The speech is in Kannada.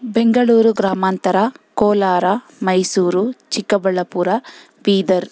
ಬೆಂಗಳೂರು ಗ್ರಾಮಾಂತರ ಕೋಲಾರ ಮೈಸೂರು ಚಿಕ್ಕಬಳ್ಳಾಪುರ ಬೀದರ್